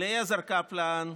אליעזר קפלן,